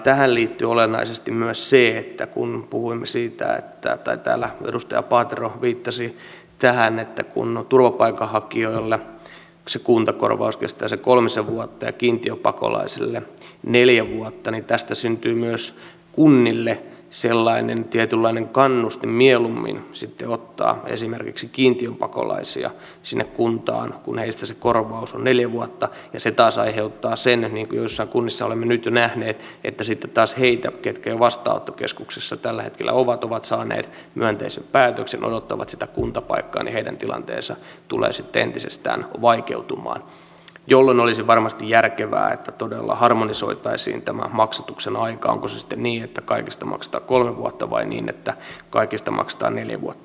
tähän liittyy olennaisesti myös se mihin täällä edustaja paatero viittasi että kun turvapaikanhakijoille se kuntakorvaus kestää sen kolmisen vuotta ja kiintiöpakolaisille neljä vuotta niin tästä syntyy myös kunnille sellainen tietynlainen kannustin mieluummin ottaa esimerkiksi kiintiöpakolaisia sinne kuntaan kun heistä se korvaus on neljä vuotta ja se taas aiheuttaa sen niin kuin joissain kunnissa olemme nyt jo nähneet että sitten taas niiden henkilöiden tilanne jotka jo vastaanottokeskuksissa tällä hetkellä ovat ovat saaneet myönteisen päätöksen ja odottavat sitä kuntapaikkaa tulee sitten entisestään vaikeutumaan jolloin olisi varmasti järkevää että todella harmonisoitaisiin tämä maksatuksen aika onko se sitten niin että kaikista maksetaan kolme vuotta vai niin että kaikista maksetaan neljä vuotta